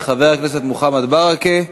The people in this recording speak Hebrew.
חבר הכנסת מוחמד ברכה,